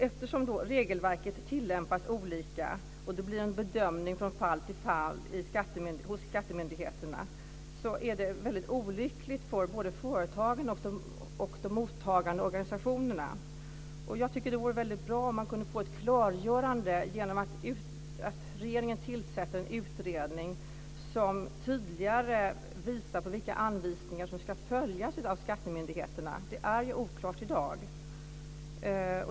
Eftersom regelverket tillämpas olika och det blir en bedömning från fall till fall hos skattemyndigheterna är det väldigt olyckligt för både företagen och de mottagande organisationerna. Jag tycker att det vore väldigt bra om man kunde få ett klargörande genom att regeringen tillsatte en utredning som tydligare visade vilka anvisningar som ska följas av skattemyndigheterna. Det är ju oklart i dag.